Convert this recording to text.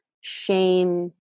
shame